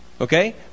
Okay